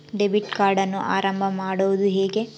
Debit ಕಾರ್ಡನ್ನು ಆರಂಭ ಮಾಡೋದು ಹೇಗೆ?